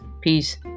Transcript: peace